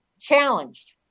challenged